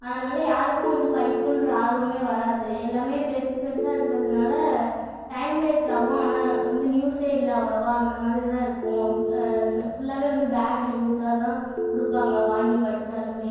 அதனால் யாருக்கும் வந்து படிக்கனுன்ற ஆர்வமே வராது எல்லாமே பெருசு பெருசா இருக்கிறதுனால டைம் வேஸ்ட் ஆகும் ஆனால் வந்து நியூஸே இல்லை அவ்வளோவா அந்த மாதிரி தான் இருக்கும் ஃபுல்லாவே வந்து பேட் ரிவ்யூஸாக தான் கொடுப்பாங்க வாங்கி படிச்சாலும்